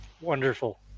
wonderful